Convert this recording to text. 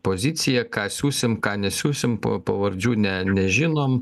poziciją ką siųsim ką nesiųsim po pavardžių ne nežinom